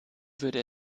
würde